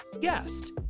guest